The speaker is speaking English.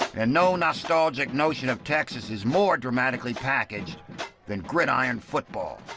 and no nostalgic notion of texas is more dramatically packaged than gridiron football.